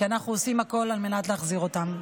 כי אנחנו עושים הכול על מנת להחזיר אותם.